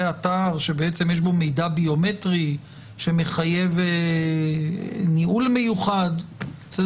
אתר שיש בו מידע ביומטרי שמחייב ניהול מיוחד?